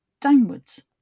downwards